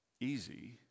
easy